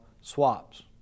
swaps